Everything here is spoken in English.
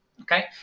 Okay